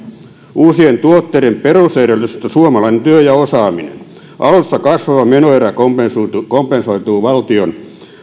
uusien tuotteiden perusedellytys on suomalainen työ ja osaaminen alussa kasvava menoerä kompensoituu kompensoituu valtion